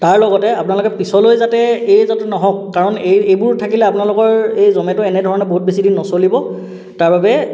তাৰ লগতে আপোনালোকে পিছলৈ যাতে এই যাতে নহওঁক কাৰণ এই এইবোৰ থাকিলে আপোনালোকৰ এই জমেট' এনেধৰণৰ বহুত বেছি দিন নচলিব তাৰ বাবে